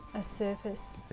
a surface